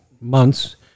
months